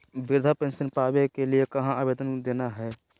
वृद्धा पेंसन पावे के लिए कहा आवेदन देना है?